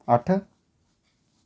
अट्ठ